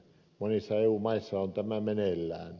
monissa eu maissa on tämä meneillään